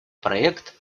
проект